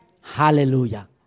Hallelujah